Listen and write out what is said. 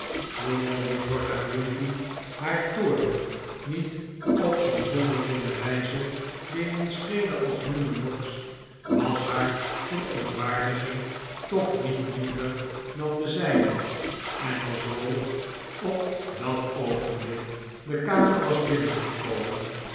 hoewel juffrouw la creevy haar toorn niet op zoo'n zonderlinge wijze demonsteerde als newman noggs was haar verontwaardiging toch niet minder dan de zijne en als ralph op dat oogenblik de kamer was binnengekomen